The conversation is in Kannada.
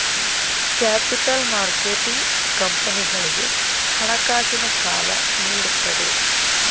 ಕ್ಯಾಪಿಟಲ್ ಮಾರ್ಕೆಟಿಂಗ್ ಕಂಪನಿಗಳಿಗೆ ಹಣಕಾಸಿನ ಸಾಲ ನೀಡುತ್ತದೆ